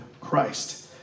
Christ